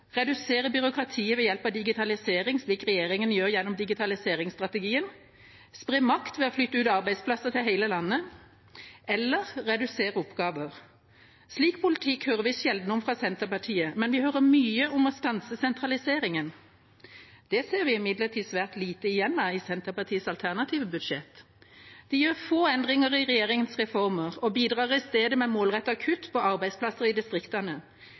redusere byråkratiet ved hjelp av digitalisering, slik regjeringa gjør gjennom digitaliseringsstrategien, spre makt ved å flytte ut arbeidsplasser til hele landet eller redusere oppgaver. Slik politikk hører vi sjelden om fra Senterpartiet, men vi hører mye om å stanse sentraliseringen. Det ser vi imidlertid svært lite igjen av i Senterpartiets alternative budsjett. De gjør få endringer i regjeringas reformer og bidrar i stedet med målrettede kutt i arbeidsplasser i distriktene.